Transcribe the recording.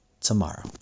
tomorrow